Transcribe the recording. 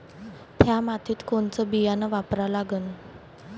थ्या मातीत कोनचं बियानं वापरा लागन?